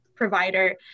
provider